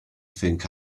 think